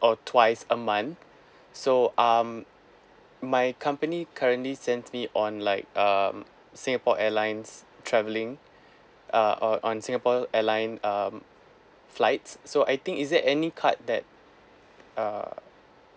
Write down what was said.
or twice a month so um my company currently sent me on like um singapore airlines travelling uh uh on singapore airline um flights so I think is there any card that uh